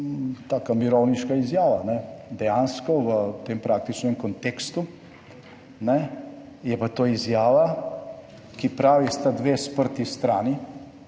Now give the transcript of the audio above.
taka mirovniška izjava dejansko v tem praktičnem kontekstu, ne, je pa to izjava, ki pravi, sta dve sprti strani